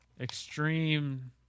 extreme